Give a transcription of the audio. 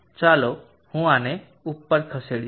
ચાલો હું આને ઉપર ખસેડીશ